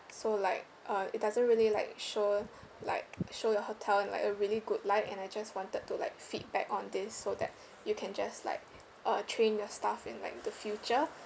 so like uh it doesn't really like show like show your hotel in like a really good light and I just wanted to like feedback on this so that you can just like uh train their staff in like the future